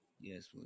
Yes